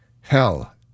Hell